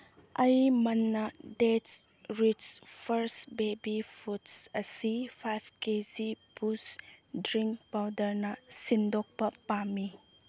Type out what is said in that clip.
ꯑꯩ ꯃꯟꯅꯥ dates rice ꯐꯔꯁ ꯕꯦꯕꯤ ꯐꯨꯠꯁ ꯑꯁꯤ five K G boost drink ꯄꯥꯎꯗꯔꯅ ꯁꯤꯟꯗꯣꯛꯄ ꯄꯥꯝꯃꯤ